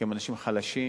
כי הם אנשים חלשים,